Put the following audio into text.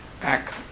back